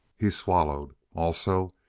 he swallowed. also,